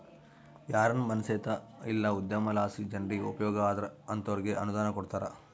ಯಾರಾನ ಮನ್ಸೇತ ಇಲ್ಲ ಉದ್ಯಮಲಾಸಿ ಜನ್ರಿಗೆ ಉಪಯೋಗ ಆದ್ರ ಅಂತೋರ್ಗೆ ಅನುದಾನ ಕೊಡ್ತಾರ